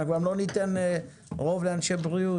גם לא ניתן רוב לאנשי בריאות.